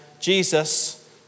Jesus